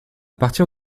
partir